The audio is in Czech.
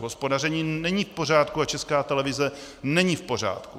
Hospodaření není v pořádku a Česká televize není v pořádku.